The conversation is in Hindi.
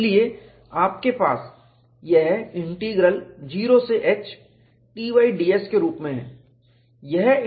इसलिए आपके पास यह इंटीग्रल 0 से h Ty d s के रूप में है